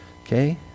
Okay